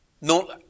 no